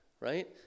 right